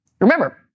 Remember